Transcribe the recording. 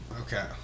Okay